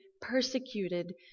persecuted